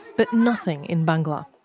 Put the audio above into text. but nothing in bangla.